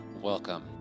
Welcome